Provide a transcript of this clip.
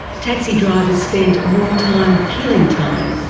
taxi drivers spend more time killing time,